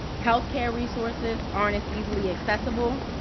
healthcare resources aren't as easily accessible.